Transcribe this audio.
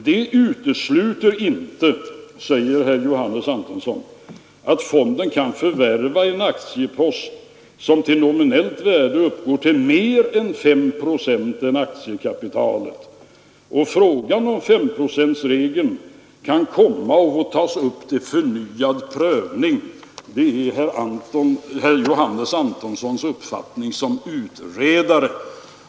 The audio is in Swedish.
Det utesluter inte, säger herr Antonsson, att fonden kan förvärva en aktiepost som till nominellt värde uppgår till mer än 5 procent av aktiekapitalet. Och frågan om S-procentsregeln kan komma att tas upp till förnyad prövning — det är herr Johannes Antonssons uppfattning som utredare.